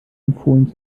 empfohlen